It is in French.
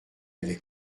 ave